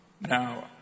Now